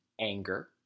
anger